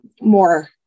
more